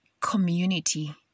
community